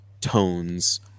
tones